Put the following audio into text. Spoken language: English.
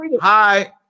hi